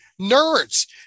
nerds